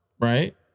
right